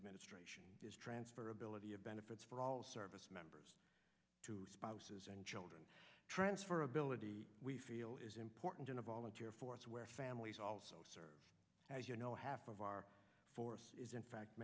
administration is transferability of benefits for all service members to spouses and children transferability we feel is important in a volunteer force where families also serve as you know half of our force is in fact